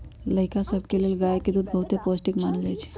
लइका सभके लेल गाय के दूध बहुते पौष्टिक मानल जाइ छइ